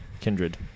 Kindred